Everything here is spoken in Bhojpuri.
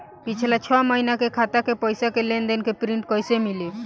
पिछला छह महीना के खाता के पइसा के लेन देन के प्रींट कइसे मिली?